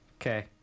Okay